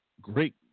great